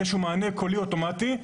אז יש איזשהו מענה קולי אוטומטי,